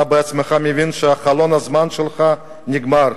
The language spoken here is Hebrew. אתה בעצמך מבין שחלון הזמן שלך נגמר,